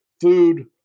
food